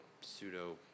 pseudo